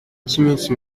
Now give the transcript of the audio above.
cy’iminsi